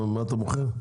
מה אתה מוכר?